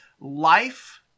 life